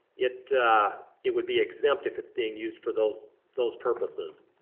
it it would be exempt if it's being used for those those purposes.